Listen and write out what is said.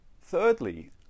Thirdly